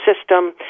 system